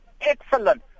excellent